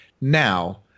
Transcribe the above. Now